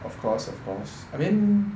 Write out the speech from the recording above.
of course of course I mean